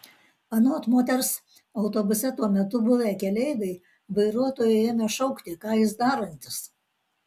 anot moters autobuse tuo metu buvę keleiviai vairuotojui ėmė šaukti ką jis darantis